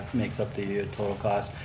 makes up the the total cost.